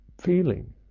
feeling